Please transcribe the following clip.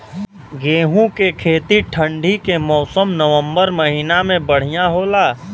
गेहूँ के खेती ठंण्डी के मौसम नवम्बर महीना में बढ़ियां होला?